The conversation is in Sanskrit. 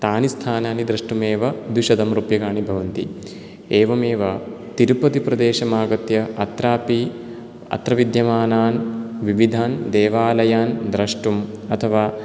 तानि स्थानानि द्रष्टुमेव द्विशतं रूप्यकाणि भवन्ति एवमेव तिरुपतिप्रदेशम् आगत्य अत्रापि अत्र विद्यमानान् विविधान् देवालयान् द्रष्टुम् अथवा